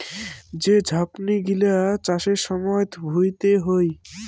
যে ঝাপনি গিলা চাষের সময়ত ভুঁইতে হই